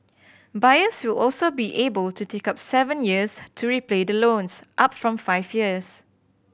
buyers will also be able to take up seven years to repay the loans up from five years